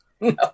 No